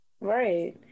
Right